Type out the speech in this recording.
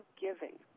giving